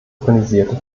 organisierte